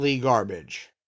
garbage